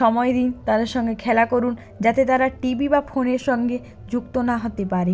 সময় দিন তাদের সঙ্গে খেলা করুন যাতে তারা টিভি বা ফোনের সঙ্গে যুক্ত না হতে পারে